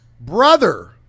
brother